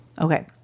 Okay